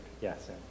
Yes